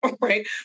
right